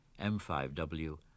M5W